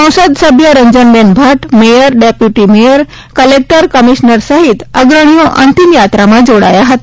સંસદ સભ્ય રંજનબહેન Bhatt mayor deputy mayor collector commissioner સહિત અગ્રણીઓ અંતિમયાત્રામાં જોડાયા હતા